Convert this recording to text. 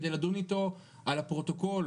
כדי לדון איתו על הפרוטוקול,